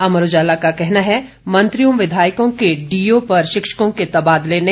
अमर उजाला का कहना है मंत्रियों विधायकों के डीओ पर शिक्षकों के तबादले नहीं